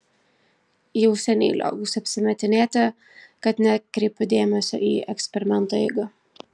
jau seniai lioviausi apsimetinėti kad nekreipiu dėmesio į eksperimentų eigą